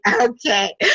okay